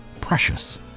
precious